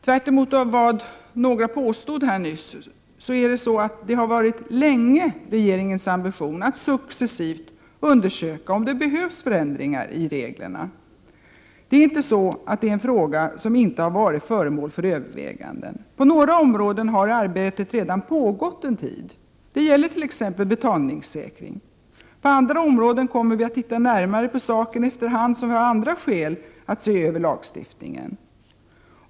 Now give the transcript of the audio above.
Tvärtemot vad några påstod nyss har det länge varit regeringens ambition att successivt undersöka om det behövs förändringar i reglerna. Detta är inte en fråga som inte har varit föremål för överväganden. På några områden har arbetet redan pågått en tid. Det gäller t.ex. betalningssäkring. På andra områden kommer vi att se närmare på saken efter hand som vi har andra skäl att se över lagstiftningen.